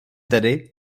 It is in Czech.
tedy